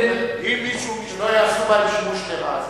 שלא יעשו בהן שימוש לרעה.